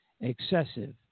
excessive